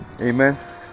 Amen